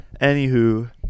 Anywho